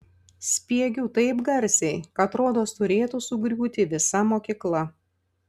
spiegiu taip garsiai kad rodos turėtų sugriūti visa mokykla